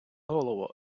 голово